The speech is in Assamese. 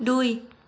দুই